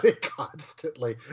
Constantly